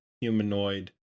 humanoid